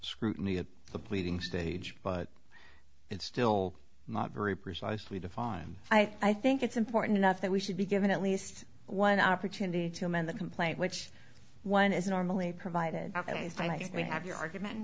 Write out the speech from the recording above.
scrutiny of the pleading stage but it's still not very precisely defined i think it's important enough that we should be given at least one opportunity to amend the complaint which one is normally provided by we have your argument in